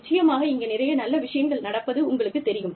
நிச்சயமாக இங்கே நிறைய நல்ல விஷயங்கள் நடப்பது உங்களுக்குத் தெரியும்